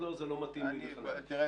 לא רק שלא מוכנים לדבר איתו על זה,